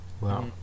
Wow